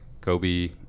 Kobe